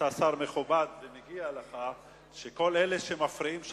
אתה שר מכובד ומגיע לך שכל אלה שמפריעים שם,